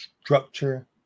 structure